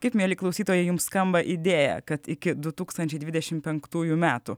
kaip mieli klausytojai jums skamba idėją kad iki du tūkstančiai dvidešim penktųjų metų